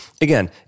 Again